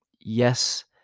yes